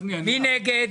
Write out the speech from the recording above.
מי נגד?